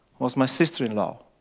was my sister-in-law.